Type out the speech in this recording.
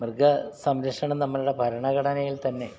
മൃഗ സംരക്ഷണം നമ്മളുടെ ഭരണഘടനയിൽ തന്നെ